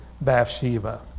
Bathsheba